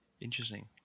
interesting